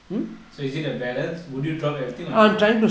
so is it a balance would you drop everything or you won't